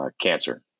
cancer